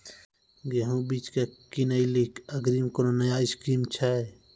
गेहूँ बीज की किनैली अग्रिम कोनो नया स्कीम छ?